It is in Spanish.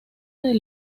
del